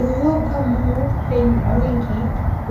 Uyoga mweupe mwingi